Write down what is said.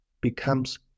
becomes